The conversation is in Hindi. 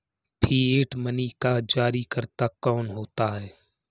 फिएट मनी का जारीकर्ता कौन होता है?